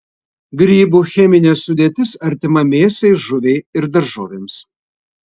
grybų cheminė sudėtis artima mėsai žuviai ir daržovėms